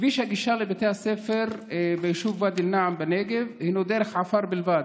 כביש הגישה לבתי הספר ביישוב ואדי א-נעם בנגב הוא דרך עפר בלבד.